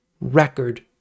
record